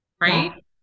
right